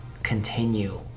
Continue